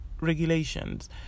regulations